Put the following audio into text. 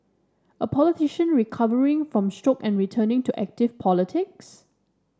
a politician recovering from stroke and returning to active politics